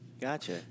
Gotcha